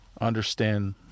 Understand